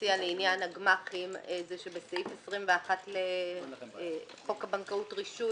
מציע לעניין הגמ"חים זה שבסעיף 21 לחוק הבנקאות (רישוי(,